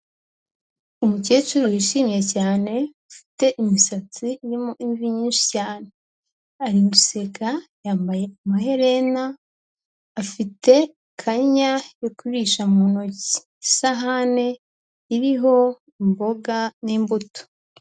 Umukecuru wishimye cyane, ufite imisatsi irimo imvi nyinshi cyane, ari guseka yambaye amaherena, afite ikanya yo kurisha mu ntoki, isahani iriho imboga n'imbuto.